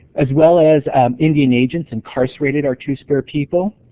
as well as indian agents incarcerated our two-spirit people.